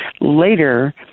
later